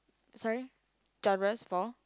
sorry genres for